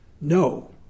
No